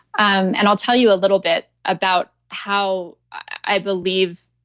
um and i'll tell you a little bit about how i believe,